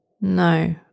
No